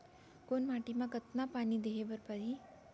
कोन माटी म कतका पानी देहे बर परहि?